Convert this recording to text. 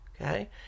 okay